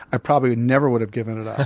i probably never would have given it up.